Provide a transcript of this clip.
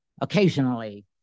Occasionally